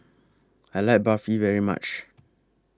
I like Barfi very much